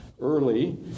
early